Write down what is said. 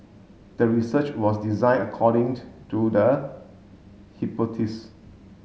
the research was designed according to the